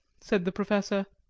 said the professor.